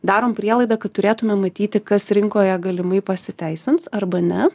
darom prielaidą kad turėtumėm matyti kas rinkoje galimai pasiteisins arba ne